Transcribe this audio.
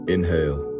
Inhale